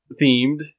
themed